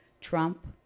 Trump